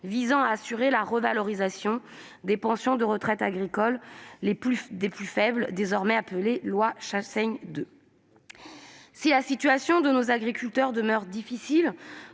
visant à assurer la revalorisation des pensions de retraite agricoles les plus faibles, désormais appelée loi « Chassaigne 2 ». Si la situation de nos agriculteurs demeure difficile